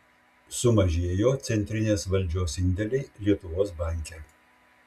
sumažėjo centrinės valdžios indėliai lietuvos banke